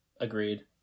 Agreed